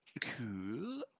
Cool